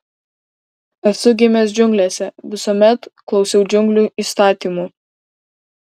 esu gimęs džiunglėse visuomet klausiau džiunglių įstatymų